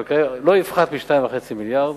שלא יפחת מ-2.5 מיליארד.